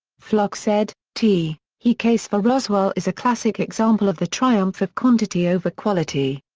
pflock said, t he case for roswell is a classic example of the triumph of quantity over quality.